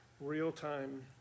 real-time